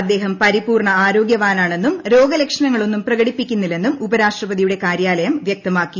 അദ്ദേഹം പരിപൂർണ്ണ ആരോഗ്യവാനാണെന്നും രോഗലക്ഷണങ്ങൾ ഒന്നും പ്രകടിപ്പിക്കുന്നില്ലെന്നും ഉപരാഷ്ട്രപതിയുടെ കാര്യാലയം വൃക്തമാക്കി